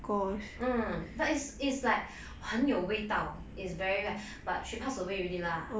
but it's it's like 很有味道 is very like but she pass away already lah